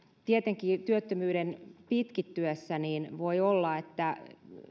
tietenkin työttömyyden pitkittyessä voi olla että